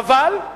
חבל,